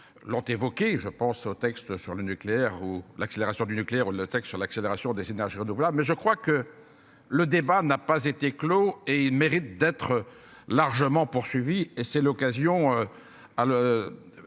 L'ont évoqué, je pense au texte sur le nucléaire ou l'accélération du nucléaire. Le texte sur l'accélération des énergies renouvelables. Mais je crois que le débat n'a pas été clos et mérite d'être largement poursuivies et c'est l'occasion.